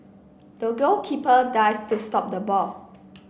the goalkeeper dived to stop the ball